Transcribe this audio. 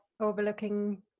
overlooking